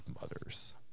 mothers